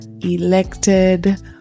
elected